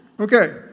Okay